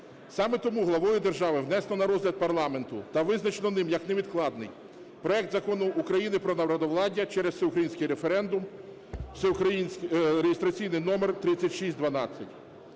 Саме тому главою держави внесено на розгляд парламенту та визначено ним як невідкладний проект Закону України про народовладдя через всеукраїнський референдум (реєстраційний номер 3612).